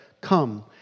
come